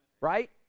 right